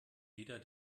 wieder